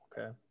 Okay